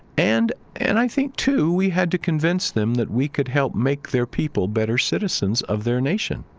and and i think, too, we had to convince them that we could help make their people better citizens of their nation.